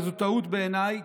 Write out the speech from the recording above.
שזו טעות בעיניי,